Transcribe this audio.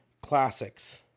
classics